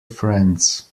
friends